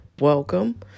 Welcome